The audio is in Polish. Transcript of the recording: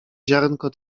ziarnko